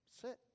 Sit